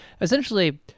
Essentially